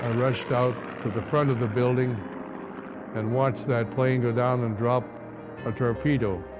rushed out to the front of the building and watched that plane go down and drop a torpedo